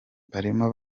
barimo